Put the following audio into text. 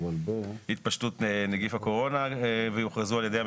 התפשטות נגיף הקורונה ויוכרזו על ידי הממשלה,